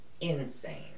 insane